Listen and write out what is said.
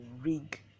rig